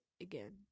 again